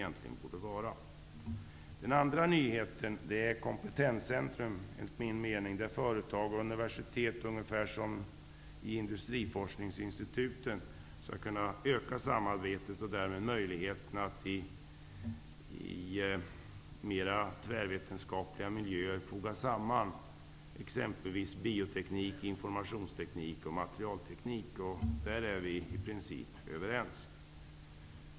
Den andra nyheten är förslaget om ett kompetenscentrum där företag och universitet skall kunna öka samarbetet ungefär på samma sätt som det fungerar i industriforskningsinstituten. Därmed ökar möjligheterna att i mer tvärvetenskapliga miljöer foga samman t.ex. bioteknik, informationsteknik och materialteknik. Där är vi i princip överens.